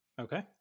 Okay